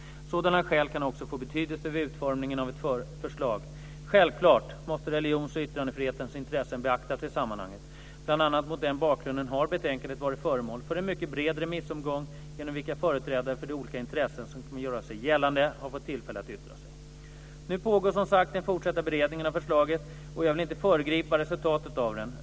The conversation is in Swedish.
Sådana skäl kan också få betydelse vid utformningen av ett förslag. Självklart måste religions och yttrandefrihetens intressen beaktas i sammanhanget. Bl.a. mot den bakgrunden har betänkandet varit föremål för en mycket bred remissomgång, genom vilken företrädare för de olika intressen som kan göra sig gällande har fått tillfälle att yttra sig. Nu pågår som sagt den fortsatta beredningen av förslaget och jag vill inte föregripa resultatet av den.